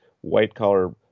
white-collar